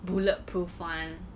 bullet proof [one]